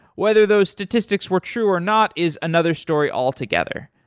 whether those statistics were true or not is another story altogether.